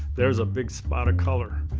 there's a big spot of color.